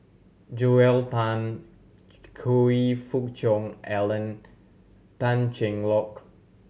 Joel Tan Choe Fook Cheong Alan Tan Cheng Lock